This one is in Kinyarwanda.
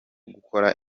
gukora